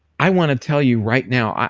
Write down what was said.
i wanna tell you right now,